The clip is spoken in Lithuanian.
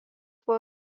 buvo